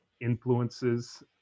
influences